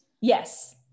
Yes